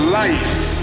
life